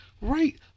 Right